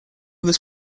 was